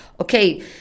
okay